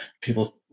people